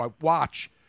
Watch